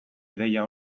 ideia